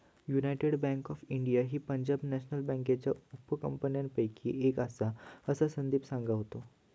United bank of India ही Punjab national बँकेच्या उपकंपन्यांपैकी एक आसा, असा संदीप सांगा होतो